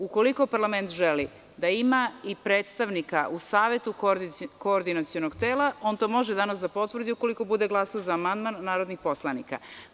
Ukoliko parlament želi da ima i predstavnika u Savetu Koordinacionog tela, on to može danas da potvrdi ukoliko bude glasao za amandman narodnih poslanika.